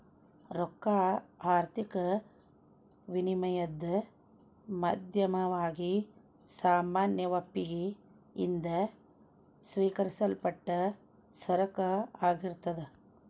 ರೊಕ್ಕಾ ಆರ್ಥಿಕ ವಿನಿಮಯದ್ ಮಾಧ್ಯಮವಾಗಿ ಸಾಮಾನ್ಯ ಒಪ್ಪಿಗಿ ಯಿಂದ ಸ್ವೇಕರಿಸಲ್ಪಟ್ಟ ಸರಕ ಆಗಿರ್ತದ್